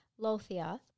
Lothia